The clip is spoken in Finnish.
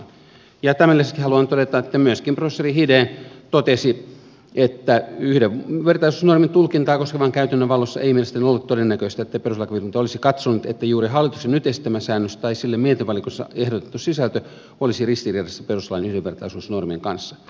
tämän lisäksi haluan todeta että myöskin professori hiden totesi että yhdenvertaisuusnormin tulkintaa koskevan käytännön valossa ei mielestäni ole todennäköistä että perustuslakivaliokunta olisi katsonut että juuri hallituksen nyt esittämä säännös tai sille valiokunnassa ehdotettu sisältö olisi ristiriidassa perustuslain yhdenvertaisuusnormin kanssa